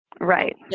Right